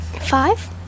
five